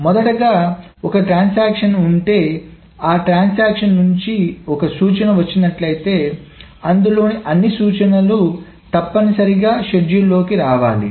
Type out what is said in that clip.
మొదటగా ఒక ట్రాన్సాక్షన్ ఉంటేఆ ట్రాన్సాక్షన్ నుంచి ఒక సూచన వచ్చినట్లయితే అందులోని అన్ని సూచనలు తప్పనిసరిగా షెడ్యూల్ లోకి రావాలి